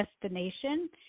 destination